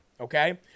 Okay